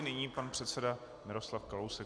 Nyní pan předseda Miroslav Kalousek.